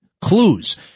clues